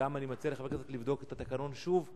אני גם מציע לחברי הכנסת לבדוק את התקנון שוב,